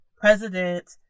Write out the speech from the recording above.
president